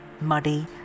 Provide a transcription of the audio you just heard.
muddy